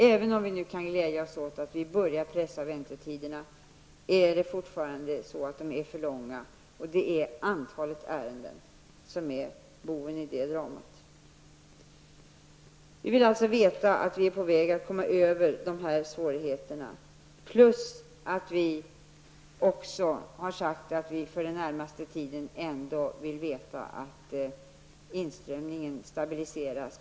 Även om vi nu kan glädja oss åt att väntetiderna börjar pressas nedåt är de fortfarande för långa, och det är antalet ärenden som är boven i det dramat. Vi vill alltså veta att vi är på väg att överbrygga dessa svårigheter, och vi har också sagt att vi vill veta om den senaste tidens låga inströmning av flyktingar och asylsökande har stabiliserats.